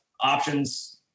options